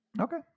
Okay